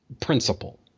principle